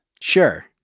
Sure